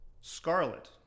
Scarlet